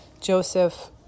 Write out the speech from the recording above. Joseph